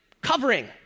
covering